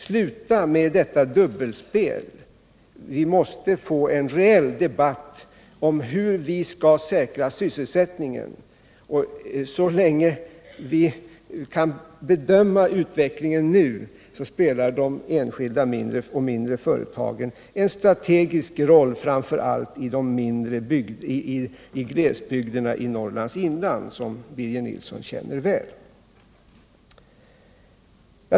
Sluta med detta dubbelspel! Vi måste få en reell debatt om hur vi skall säkra sysselsättningen. Så långt vi kan bedöma utvecklingen nu spelar de enskilda, mindre företagen en strategisk roll, framför allt i glesbygderna i Norrlands inland, som Birger Nilsson känner väl.